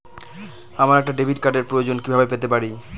আমার একটা ডেবিট কার্ডের প্রয়োজন কিভাবে পেতে পারি?